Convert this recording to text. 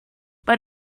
but